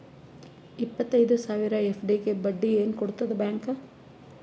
ಇಪ್ಪತ್ತೈದು ಸಾವಿರ ಎಫ್.ಡಿ ಗೆ ಬಡ್ಡಿ ಏನ ಕೊಡತದ ಬ್ಯಾಂಕ್?